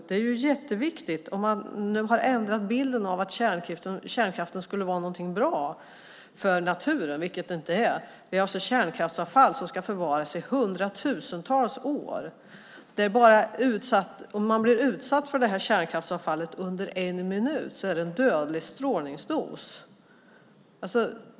Det är ju jätteviktigt, om man nu har ändrat bilden av att kärnkraften skulle vara någonting bra för naturen, vilket det inte är. Det handlar om kärnkraftsavfall som ska förvaras i hundratusentals år. Om man blir utsatt för det här kärnkraftsavfallet under en minut får man en dödlig strålningsdos.